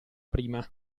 prima